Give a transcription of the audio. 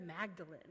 Magdalene